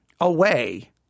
away